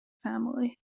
family